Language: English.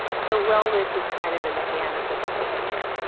so, wellness is kind of in the hand of the beholder here.